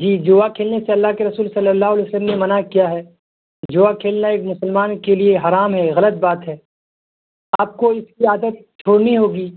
جی جوا کھیلنے سے اللہ کے رسول صلی اللہ علیہ وسلم نے منع کیا ہے جوا کھیلنا ایک مسلمان کے لیے حرام ہے غلط بات ہے آپ کو اس کی عادت چھوڑنی ہوگی